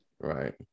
Right